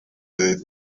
leta